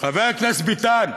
חבר הכנסת ביטן,